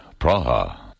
Praha